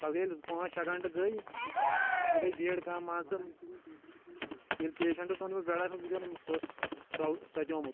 پَتہٕ گٔے ییٚلہِ پانٛژھ شےٚ گھنٛٹہٕ گٔے اَتہِ گٔے بھیٖڑ کَم مان ژٕ ییٚلہِ پیشَنٛٹہٕ ژوٗن یِمو بیٚڈَس پٮ۪ٹھ بِچیور سُہ اوٗس سۄتیٚومُت